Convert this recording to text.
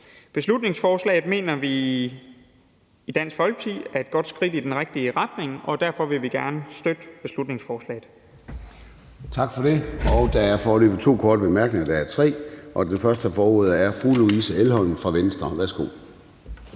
Beslutningsforslaget mener vi i Dansk Folkeparti er et godt skridt i den rigtige retning, og derfor vil vi gerne støtte beslutningsforslaget.